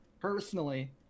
personally